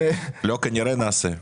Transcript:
לא כנראה, נעשה.